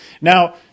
Now